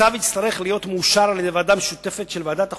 הצו יצטרך להיות מאושר על-ידי ועדה משותפת של ועדת החוקה,